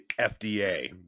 fda